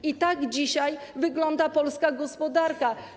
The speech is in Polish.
I tak dzisiaj wygląda polska gospodarka.